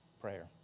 prayer